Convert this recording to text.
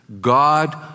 God